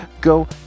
Go